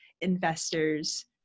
investors